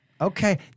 Okay